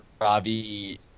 Ravi